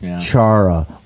Chara